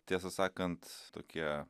tiesą sakant tokie